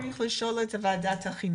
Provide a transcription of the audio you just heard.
צריך לשאול את ועדת החינוך.